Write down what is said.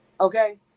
Okay